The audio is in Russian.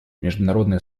международное